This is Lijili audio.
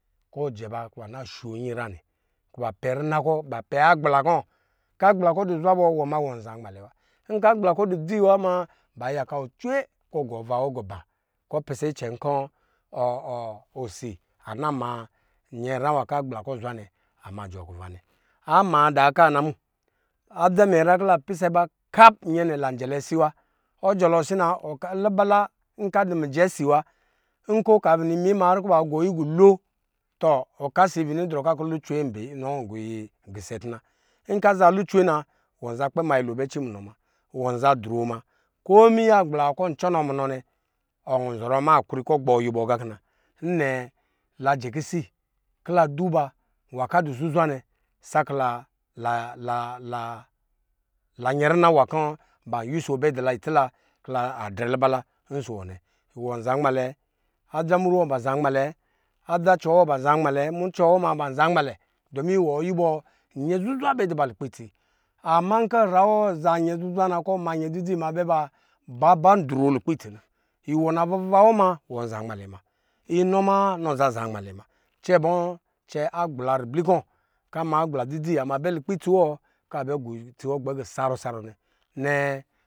Kɔ ɔjɛ ba kɔ ba nasho nyi nyra nɛ kɔ ba pɛ rina kɔ ba pɛ agbla kɔ agbla kɔ duzwa bɔ wɔ ma wɔ n za nmalɛ wa agbla kɔ du dzi wa ma ba yaka wɔ cwe kɔ ɔgɔ ava wɔ gɔ ba kɔ ɔ pisɛ icɛnkɔ osi ana ma nyinya nwa kɔ agbla kɔ aduzwa nɛ kɔ anama jɔɔ kuva nɛ ama da kana mu, adza minyɛnyra adza munya nyra kɔ ladɔ pisɔ̄ ba kap nɛ lanjɛlɛ asi wa, ɔ jɔlɔ asi na lubala nkɔ adɔ mijɛ si wa nkɔ ɔka bini ma har kɔ ba bini gɔ yi gɔɔ lo tɔ ɔkasi bini drɔ kɔ lucwe ka nɔ gɔyi pisɛ tuna aza lucwe na wɔnzɔ kpɛ ma nyelo bɛ cɛ munɔ muna wɔnza dro ma komi nza agbla nwa kɔ ɔncɔ nɔ munɔ nɛ ɔnzɔrɔ ma hakuri kɔ ɔgbɔ wuyɔ ga kina nɛ lajɛ kisi kɔla duba nwa kɔ adu zuzwa nɛ sakɔ la la nyɛrina nwa kɔ ba yuso bɛ dɔ la itsila kɔ la advɛ lubala ɔsɔ wɔ nɛ adza mru wɔ ban za nmalɛ, adza cɔ wɔ ban zanmale mucɔ wɔ banza nmalɛ domi wɔ yuwɔ nyɛ uzwa bɛ duba lukpɛ itsi ama nkɔ nyra wɔ aza nyɛ zuzwa na kɔ ama nyɛ dzidzi ma bɛ ba ba dro lukpɛ itsi na iwɔ navuva wɔ ma wɔ za nmalɛ ma inɔ ma anza zan malɛ muna cɛ bɔ cɛ agbla ribli kɔ kɔ ama agbla dzidzi ama bɛ lukpɛ itsi wɔ kɔ abɛ gɔ itsi wɔ gbɛ gɔɔ sarɔ sarɔ nɛ nɛɛ